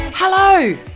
Hello